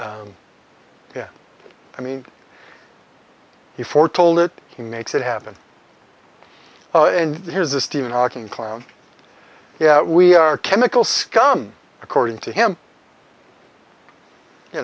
c yeah i mean he foretold it he makes it happen and here's a stephen hawking clown yeah we are chemical scum according to him you